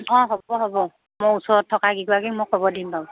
অঁ হ'ব হ'ব মই ওচৰত থকা কেইগৰাকীক মই খবৰ দিম বাৰু